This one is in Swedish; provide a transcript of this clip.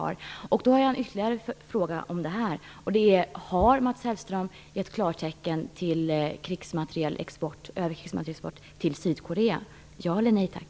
Jag har en ytterligare fråga: Har Mats Hellström gett klartecken för övrig krigsmaterielexport till Sydkorea? Ja eller nej, tack!